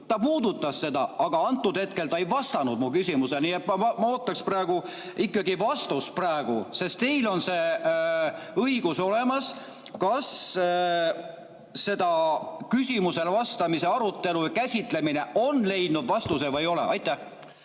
Ta puudutas seda, aga antud hetkel ta ei vastanud mu küsimusele. Nii et ma ootaksin ikkagi vastust praegu, sest teil on see [kaalutlus]õigus olemas, kas küsimusele vastamise arutelu käsitlemine on leidnud vastuse või ei ole. Aitäh,